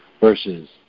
versus